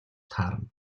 таарна